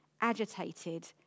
agitated